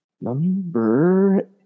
number